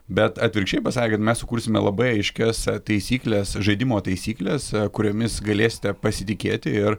bet atvirkščiai pasakė kad mes sukursime labai aiškias taisykles žaidimo taisykles kuriomis galėsite pasitikėti ir